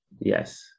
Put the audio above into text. Yes